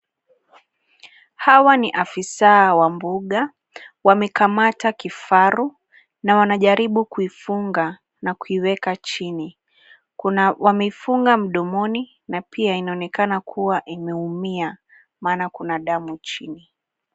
Hawa ni afisa wa mbuga. Wamekamata kifaru na wanajaribu kuifunga na kuiweka chini. Wamefunga mdomoni na pia inaonekana kuwa imeumia maana kuna damu chini.